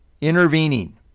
intervening